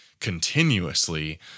continuously